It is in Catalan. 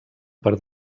per